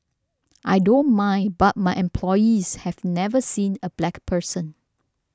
I don't mind but my employees have never seen a black person